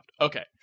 Okay